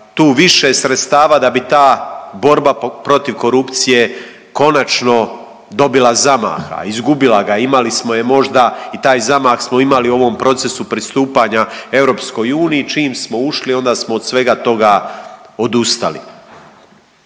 tu više sredstava da bi ta borba protiv korupcije konačno dobila zamaha, izgubila ga. Imali smo je možda i taj zamah smo imali u ovom procesu pristupanja EU. Čim smo ušli, onda smo od svega toga odustali.